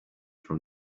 from